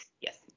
Yes